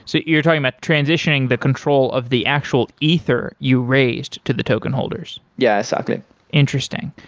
so you're talking about transitioning the control of the actual ether you raised to the token holders yeah, exactly interesting.